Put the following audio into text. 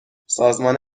سازمان